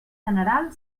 general